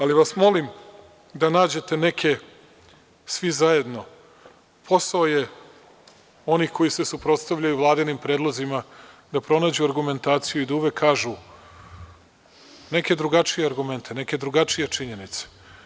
Ali vas molim da nađete neke, svi zajedno, posao je onih koji se suprotstavljaju Vladinim predlozima, da pronađu argumentaciju i da uvek kažu neke drugačije argumente, neke drugačije činjenice.